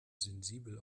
sensibel